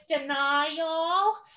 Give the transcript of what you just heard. denial